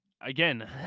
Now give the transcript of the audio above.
Again